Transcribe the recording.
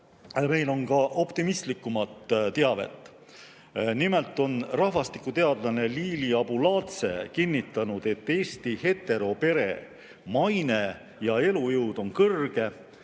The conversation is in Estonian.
Aga on ka optimistlikumat teavet. Nimelt on rahvastikuteadlane Liili Abuladze kinnitanud, et Eesti heteropere maine ja elujõud on kõrge.